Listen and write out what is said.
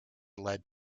led